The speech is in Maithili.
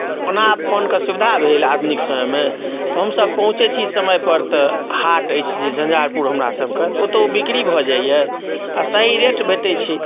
ओना आब फोनके सुविधा भेल आधुनिक समयमे तऽ हमसभ पहुँचैत छी समयपर तऽ हाट अछि जे झञ्झारपुर हमरासभके तऽ ओतय ओ बिक्री भऽ जाइए आ सही रेट भेटैत छै